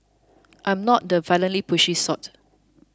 I'm not the violently pushy sort